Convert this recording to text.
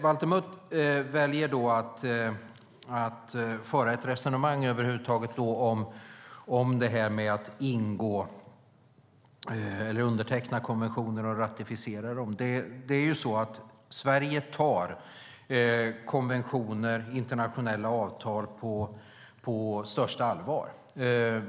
Valter Mutt väljer att föra ett resonemang över huvud taget om det här med att ingå eller underteckna konventioner och ratificera dem. Sverige tar konventioner och internationella avtal på största allvar.